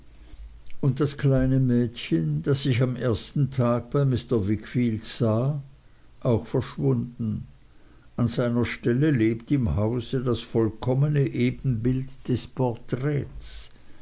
und das kleine mädchen das ich am ersten tag bei mr wickfield sah auch verschwunden an seiner stelle lebt im hause das vollkommene ebenbild des porträts